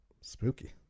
Spooky